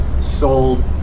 sold